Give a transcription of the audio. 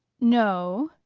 no,